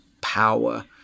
power